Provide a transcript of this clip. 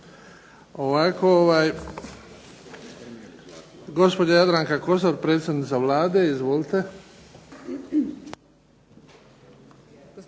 Hvala vam